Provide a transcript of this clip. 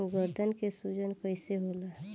गर्दन के सूजन कईसे होला?